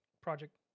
Project